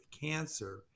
cancer